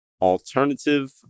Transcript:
alternative